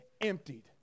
emptied